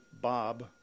Bob